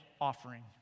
offering